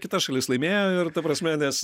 kita šalis laimėjo ir ta prasme nes